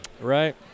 Right